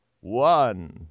one